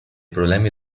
problemi